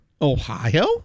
Ohio